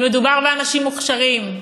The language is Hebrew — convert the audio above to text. שמדובר באנשים מוכשרים.